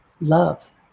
love